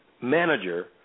manager